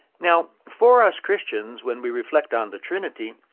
now, for us christians, when we reflect on the trinity,